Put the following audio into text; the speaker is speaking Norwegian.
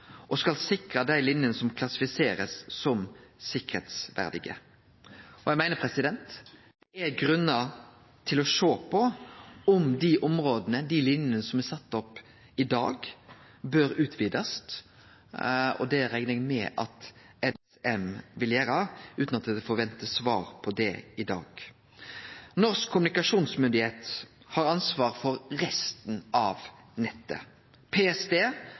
og skal sikre dei linjene som blir klassifiserte som sikkerheitsverdige. Eg meiner det er grunnar til å sjå på om dei områda og dei linjene som er sette opp i dag, bør utvidast, og det reknar eg med at NSM vil gjere, utan at eg forventar svar på det i dag. Nasjonal kommunikasjonsmyndigheit har ansvar for resten av nettet.